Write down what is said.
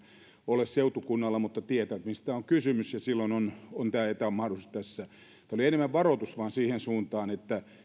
ole seutukunnalla mutta tietävät mistä on kysymys ja silloin on on tämä etämahdollisuus tämä oli enemmän vain varoitus siihen suuntaan että